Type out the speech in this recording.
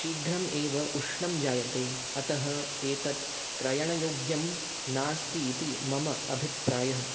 शीघ्रम् एव उष्णं जायते अतः एतत् क्रयणयोग्यं नास्ति इति मम अभिप्रायः